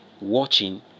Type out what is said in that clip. watching